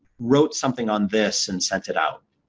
wrote something on this and sent it out?